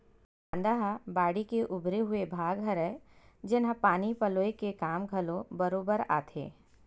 मांदा ह बाड़ी के उभरे हुए भाग हरय, जेनहा पानी पलोय के काम घलो बरोबर आथे